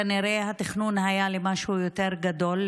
כנראה התכנון היה של משהו יותר גדול.